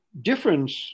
difference